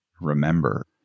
remember